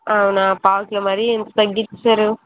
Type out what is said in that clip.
అవునా పావు కిలో మరీ ఇంత తగ్గించేశారు